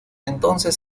entonces